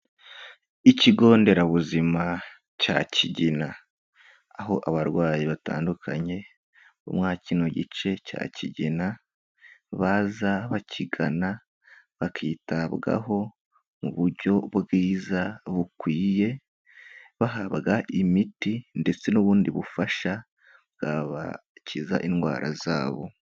Ikigo nderabuzima cya Kigina aho abarwayi batandukanye bo mwa kino gice cya Kigina baza bakigana bakitabwaho mu buryo bwiza bukwiye, bahabwa imiti ndetse n'ubundi bufasha bwabakiza indwara zabo.